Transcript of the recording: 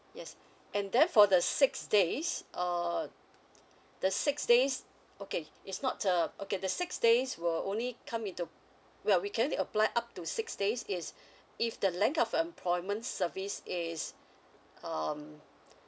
yes and then for the six days err the six days okay it's not a okay the six days will only come with into where we can only apply up to six days is if the length of employment service is um